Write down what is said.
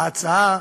ההצעה,